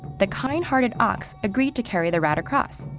the kind-hearted ox agreed to carry the rat across.